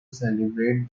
celebrate